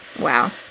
Wow